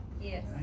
Yes